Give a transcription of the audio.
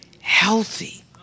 healthy